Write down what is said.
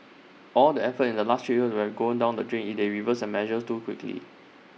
all the effort in the last three years will gone down the drain if they reverse the measures too quickly